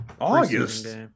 August